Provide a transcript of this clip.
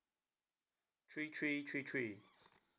three three three three